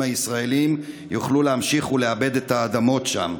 הישראלים יוכלו להמשיך ולעבד את האדמות שם.